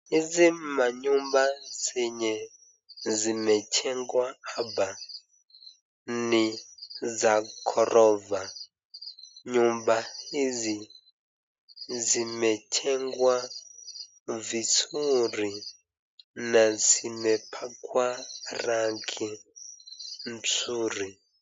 Hizi manyumba zenye zimejengwa hapa ninza ghorofa, nyumba hizi zimejengwa vizuri na zimepekwa rangi mzuri.